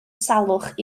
salwch